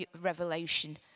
revelation